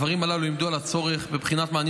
הדברים הללו לימדו על הצורך בבחינת מענים